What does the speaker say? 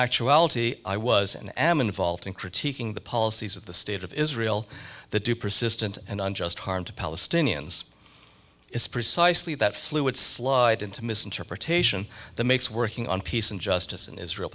actuality i was and am involved in critiquing the policies of the state of israel that do persistent and unjust harm to palestinians is precisely that fluid slide into misinterpretation the makes working on peace and justice in israel